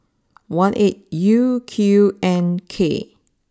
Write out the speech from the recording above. one eight U Q N K